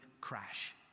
crash